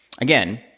again